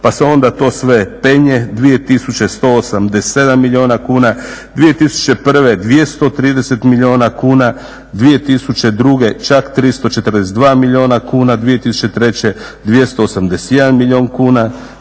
pa se onda to sve penje 2000. 187 milijuna kuna, 2001. 230 milijuna kuna, 2002. čak 342 milijun kuna, 2003. 281 milijun kuna,